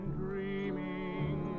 dreaming